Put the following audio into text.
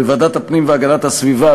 בוועדת הפנים והגנת הסביבה,